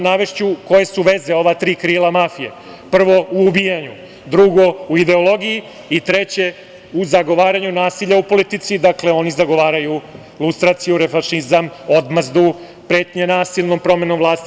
Navešću koje su veze ova tri krila mafije: prvo, u ubijanju, drugo, u ideologiji i treće, u zagovaranju nasilja u politici, dakle, oni zagovaraju lustraciju, fašizam, odmazdu, pretnje nasilnom promenom vlasti.